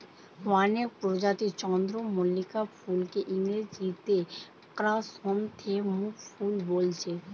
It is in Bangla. অনেক প্রজাতির চন্দ্রমল্লিকা ফুলকে ইংরেজিতে ক্র্যাসনথেমুম ফুল বোলছে